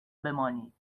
بمانید